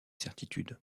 certitude